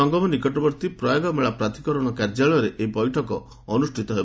ସଂଗମ ନିକଟବର୍ତ୍ତୀ ପ୍ରୟାଗ୍ ମେଳା ପ୍ରାଧିକରଣ କାର୍ଯ୍ୟାଳୟରେ ଏହି ବୈଠକ ଅନୁଷ୍ଠିତ ହେବ